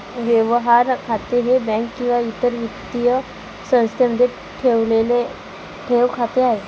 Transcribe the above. व्यवहार खाते हे बँक किंवा इतर वित्तीय संस्थेमध्ये ठेवलेले ठेव खाते आहे